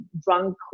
drunk